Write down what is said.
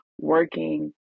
working